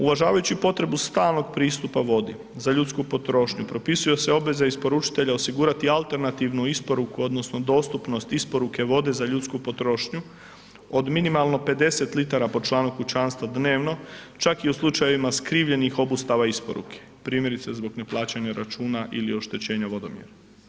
Uvažavajući potrebu stalnog pristupa vodi za ljudsku potrošnji propisuje se obveza isporučitelja osigurati alternativnu isporuku odnosno dostupnost isporuke vode za ljudsku potrošnju od minimalno 50 litara po članu kućanstva dnevno čak i u slučajevima skrivljenih obustava isporuke primjerice zbog neplaćanja računa ili oštećenja vodomjera.